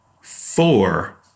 four